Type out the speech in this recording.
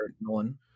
Nolan